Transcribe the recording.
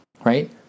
right